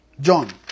John